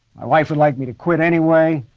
my wife would like me to quit, anyway.